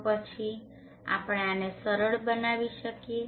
તો પછી આપણે આને સરળ બનાવી શકીએ